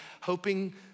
hoping